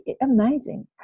amazing